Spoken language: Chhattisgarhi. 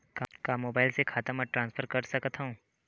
का मोबाइल से खाता म ट्रान्सफर कर सकथव?